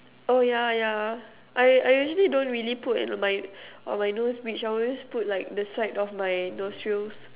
oh yeah yeah I I usually don't really put at my on my nose bridge I will just put like the side of my nostrils